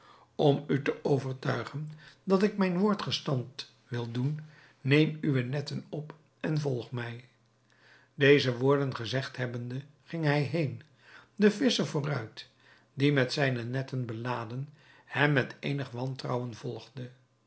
om u te overtuigen dat ik mijn woord gestand wil doen neem uwe netten op en volg mij deze woorden gezegd hebbende ging hij heen den visscher vooruit die met zijne netten beladen hem met eenig wantrouwen volgde